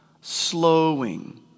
Slowing